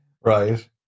Right